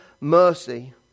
mercy